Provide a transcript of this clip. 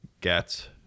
get